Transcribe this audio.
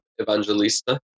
Evangelista